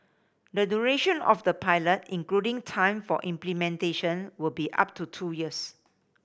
the duration of the pilot including time for implementation will be up to two years